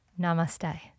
Namaste